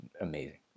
amazing